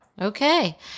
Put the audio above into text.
Okay